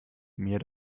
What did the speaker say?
mir